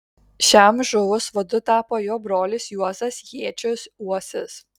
šiam žuvus vadu tapo jo brolis juozas jėčius uosis